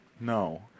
No